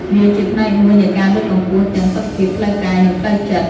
វាជាផ្នែកមួយនៃការលើកកម្ពស់ទាំងសុខភាពផ្លូវកាយនិងផ្លូវចិត្ត។